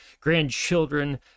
grandchildren